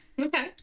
Okay